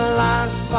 last